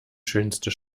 schönste